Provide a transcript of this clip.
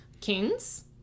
Kings